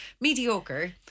mediocre